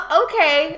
okay